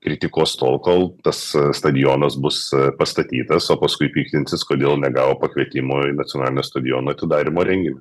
ir tykos tol kol tas stadionas bus pastatytas o paskui piktinsis kodėl negavo pakvietimo į nacionalinio stadiono atidarymo renginį